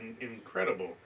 incredible